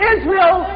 Israel